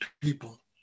people